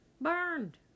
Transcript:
Burned